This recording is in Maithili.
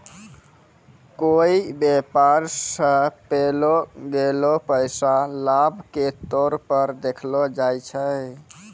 कोय व्यापार स पैलो गेलो पैसा लाभ के तौर पर देखलो जाय छै